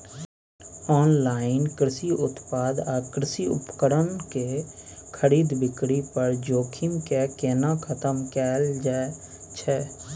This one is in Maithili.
ऑनलाइन कृषि उत्पाद आ कृषि उपकरण के खरीद बिक्री पर जोखिम के केना खतम कैल जाए छै?